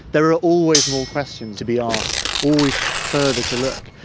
there are always more questions to be asked, always further to look.